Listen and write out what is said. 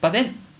but then